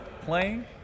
playing